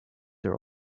are